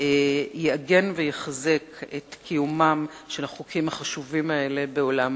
יעגן ויחזק את קיומם של החוקים החשובים האלה בעולם העבודה.